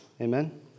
Amen